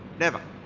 never.